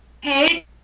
Hey